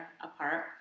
apart